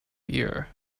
beer